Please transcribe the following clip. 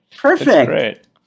perfect